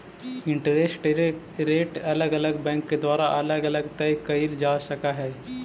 interest rate अलग अलग bank के द्वारा अलग अलग तय कईल जा सकऽ हई